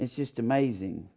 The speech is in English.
it's just amazing